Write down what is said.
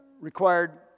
required